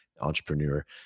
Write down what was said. entrepreneur